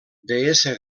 deessa